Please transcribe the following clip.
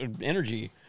energy